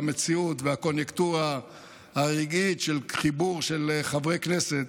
והקוניונקטורה הרגעית של חיבור של חברי הכנסת,